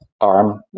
arm